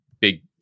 big